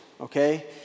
okay